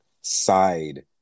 side